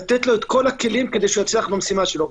לתת לו את כל הכלים כדי שיצליח במשימה שלו.